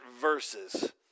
verses